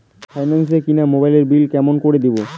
Finance এ কিনা মোবাইলের বিল কেমন করে দিবো?